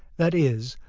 that is,